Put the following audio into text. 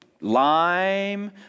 lime